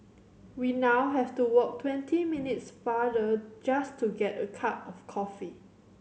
we now have to walk twenty minutes farther just to get a cup of coffee